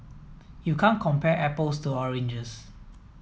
you can't compare apples to oranges